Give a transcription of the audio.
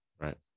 right